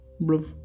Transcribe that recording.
Bruv